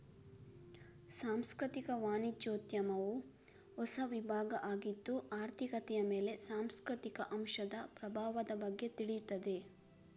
ಸಾಂಸ್ಕೃತಿಕ ವಾಣಿಜ್ಯೋದ್ಯಮವು ಹೊಸ ವಿಭಾಗ ಆಗಿದ್ದು ಆರ್ಥಿಕತೆಯ ಮೇಲೆ ಸಾಂಸ್ಕೃತಿಕ ಅಂಶದ ಪ್ರಭಾವದ ಬಗ್ಗೆ ತಿಳೀತದೆ